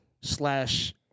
slash